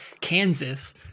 Kansas